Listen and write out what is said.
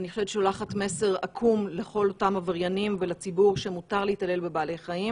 ששולחת מסר עקום לכל אותם עבריינים ולציבור שמותר להתעלל בבעלי חיים.